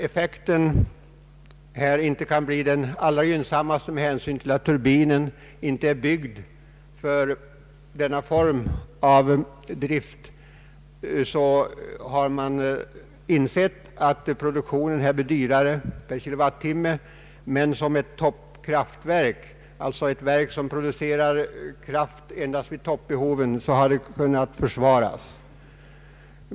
Effekten kan inte bli den allra gynnsammaste. Med hänsyn till att turbinen inte är byggd för denna form av drift blir produktionen här dyrare per kilowattimme, men eftersom det är ett toppkraftverk — alltså ett verk som producerar kraft endast vid toppbehoven — har det kunnat försvaras.